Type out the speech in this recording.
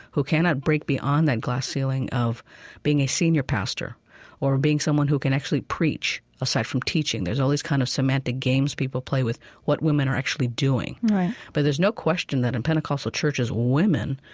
who cannot break beyond that glass ceiling of being a senior pastor or being someone who can actually preach aside from teaching. there's always, kind of, semantic games people play with what women are actually doing right but there's no question that in pentecostal churches, women,